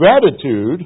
gratitude